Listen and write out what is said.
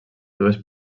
dues